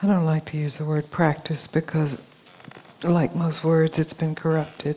i don't like to use the word practice because like most words it's been corrupted